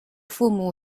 父母